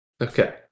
Okay